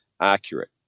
accurate